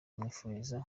bamwifuriza